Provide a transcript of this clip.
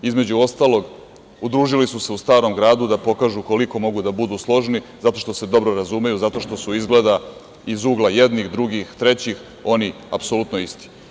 Između ostalog, udružili su se u Starom gradu da pokažu koliko mogu da budu složni zato što se dobro razumeju, zato što su izgleda iz ugla jednih, drugih, trećih oni apsolutno isti.